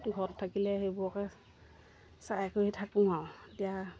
ঘৰত থাকিলে সেইবোৰকে চাই কৰি থাকোঁ আৰু এতিয়া